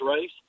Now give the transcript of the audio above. race